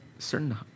certain